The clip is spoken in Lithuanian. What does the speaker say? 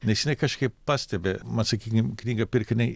nes jinai kažkaip pastebi mat sakykim knyga pirkiniai